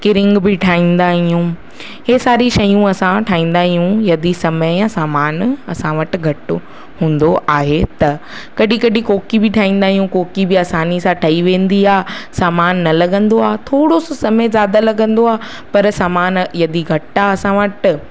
किरिंग बि ठाहींदा आहियूं हे सारी शयूं असां ठाहींदा आहियूं यदि समय या सामान असां वटि घटि हूंदो आहे त कॾहिं कॾहिं कोकी बि ठाहींदा आहियूं कोकी बि आसानी सां ठही वेंदी आहे सामान न लगंदो आहे थोरो सो समय जादा लगंदो आहे पर सामान यदि घटि आहे असां वटि